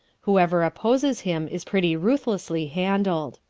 whoever opposes him is pretty ruthlessly handled.